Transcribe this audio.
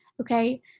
Okay